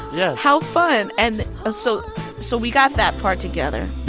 yeah how fun. and ah so so we got that part together.